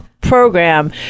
program